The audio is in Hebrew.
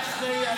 מי אחראי לזה?